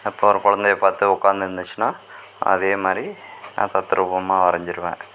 இப்போது ஒரு குழந்தைய பார்த்து உக்காந்துருந்துச்சினா அதேமாதிரி நான் தத்ரூபமாக வரைஞ்சிருவேன்